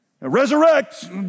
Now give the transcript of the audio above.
Resurrect